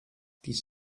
dies